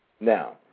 Now